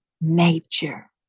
nature